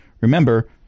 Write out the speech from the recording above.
Remember